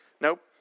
Nope